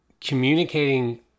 Communicating